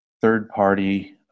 third-party